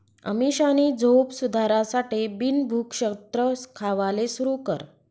अमीषानी झोप सुधारासाठे बिन भुक्षत्र खावाले सुरू कर